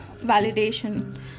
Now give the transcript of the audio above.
validation